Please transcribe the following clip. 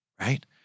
Right